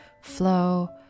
flow